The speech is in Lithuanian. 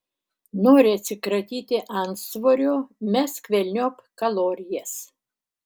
nori atsikratyti antsvorio mesk velniop kalorijas